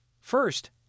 First